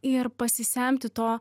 ir pasisemti to